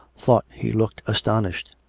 thought he looked astonished.